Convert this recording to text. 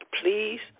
please